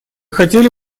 хотели